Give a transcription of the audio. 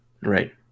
Right